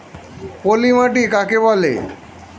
পলি মাটি কাকে বলে?